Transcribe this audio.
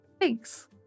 Thanks